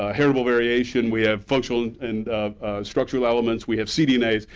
ah heritable variation, we have functional and structural elements, we have cdnas,